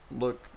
look